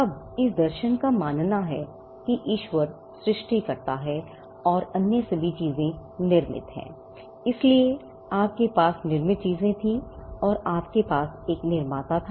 अब इस दर्शन का मानना था कि ईश्वर सृष्टिकर्ता है और अन्य सभी चीजें निर्मित हैं इसलिए आपके पास निर्मित चीजें थीं और आपके पास एक निर्माता था